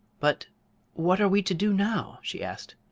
but what are we to do now? she asked.